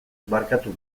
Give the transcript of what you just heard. barkatu